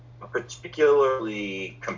particularly